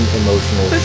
emotional